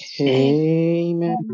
Amen